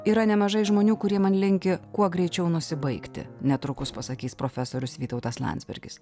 yra nemažai žmonių kurie man linki kuo greičiau nusibaigti netrukus pasakys profesorius vytautas landsbergis